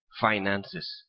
finances